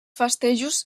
festejos